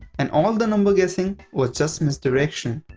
and all the number guessing was just misdirection.